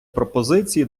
пропозиції